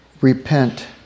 repent